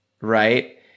Right